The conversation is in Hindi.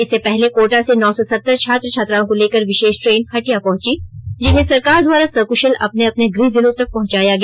इससे पहले कोटा से नौ सौ सत्तर छात्र छात्राओं को लेकर विषेष ट्रेन हटिया पहुंची जिन्हें सरकार द्वारा सकृषल अपने अपने गृह जिलों तक पहुंचाया गया